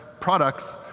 products,